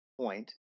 point